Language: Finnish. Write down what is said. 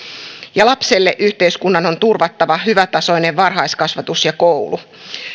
ja lapselle yhteiskunnan on turvattava hyvätasoinen varhaiskasvatus ja koulu